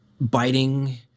biting